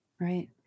Right